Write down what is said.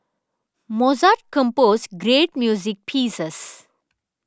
Mozart composed great music pieces